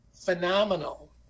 phenomenal